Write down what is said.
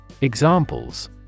Examples